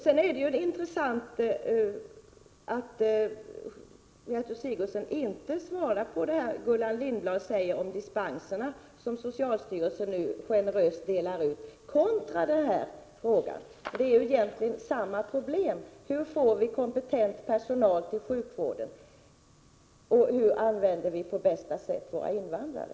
Sedan är det intressant att Gertrud Sigurdsen inte svarar på det som Gullan Lindblad tog upp om de dispenser som socialstyrelsen nu generöst delar ut kontra den här frågan. Det gäller egentligen samma problem: Hur får vi kompetent personal till sjukvården, och hur använder vi på bästa sätt våra invandrare?